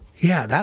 yeah,